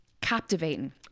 captivating